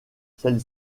celle